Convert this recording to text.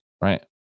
right